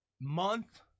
month